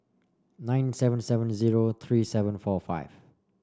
nine seven seven zero three seven four five